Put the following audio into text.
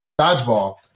Dodgeball